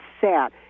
sad